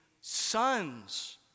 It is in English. sons